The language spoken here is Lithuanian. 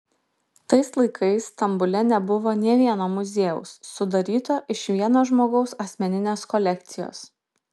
tais laikais stambule nebuvo nė vieno muziejaus sudaryto iš vieno žmogaus asmeninės kolekcijos